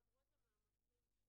בוודאי אם אנחנו מסתכלים,